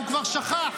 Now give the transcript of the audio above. הוא כבר שכח.